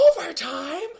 Overtime